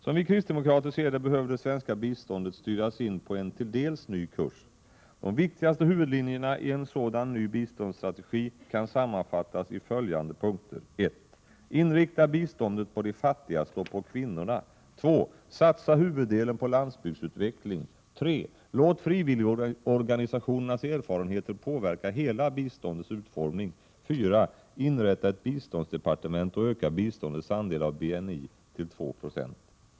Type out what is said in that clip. Som vi kristdemokrater ser det behöver det svenska biståndet styras in på en delvis ny kurs. De viktigaste huvudlinjerna i en sådan ny biståndsstrategi kan sammanfattas i följande punkter: 1. Inrikta biståndet på de fattigaste och på kvinnorna. 2. Satsa huvuddelen på landsbygdsutveckling. 3. Låt frivilligorganisationernas erfarenheter påverka hela biståndets utformning. ; 4. Inrätta ett biståndsdepartement och öka biståndets andel av BNI till 290.